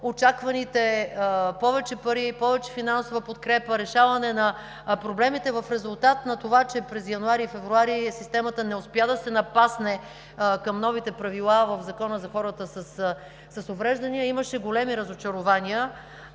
очакваните повече пари и повече финансова подкрепа, решаване на проблемите в резултат на това, че през януари и февруари системата не успя да се напасне към новите правила в Закона за хората с увреждания, имаше големи разочарования.